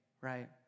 right